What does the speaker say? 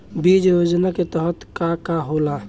बीज योजना के तहत का का होला?